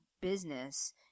business